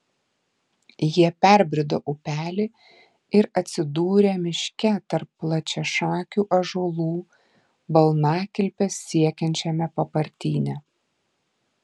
jie perbrido upelį ir atsidūrė miške tarp plačiašakių ąžuolų balnakilpes siekiančiame papartyne